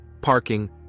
parking